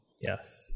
Yes